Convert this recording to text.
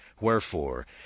Wherefore